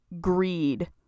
greed